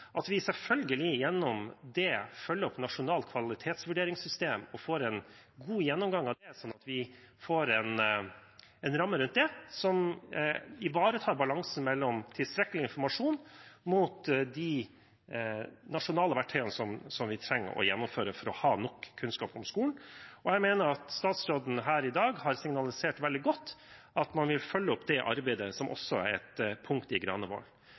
at vi – selvfølgelig – gjennom det følger opp det nasjonale kvalitetsvurderingssystemet og får en god gjennomgang av det, slik at vi får en ramme rundt det som ivaretar balansen mellom tilstrekkelig informasjon opp mot de nasjonale verktøyene som vi trenger å gjennomføre for å ha nok kunnskap om skolen. Jeg mener at statsråden her i dag har signalisert veldig godt at man vil følge opp det arbeidet, som også er et punkt i